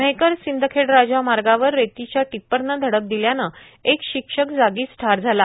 मेहकर सिंदखेडराजा मार्गावर रेतीच्या टिप्परने धडक दिल्याने एक शिक्षक जागीच ठार झाला